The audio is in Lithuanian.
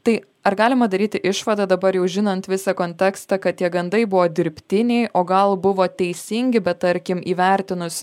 tai ar galima daryti išvadą dabar jau žinant visą kontekstą kad tie gandai buvo dirbtiniai o gal buvo teisingi bet tarkim įvertinus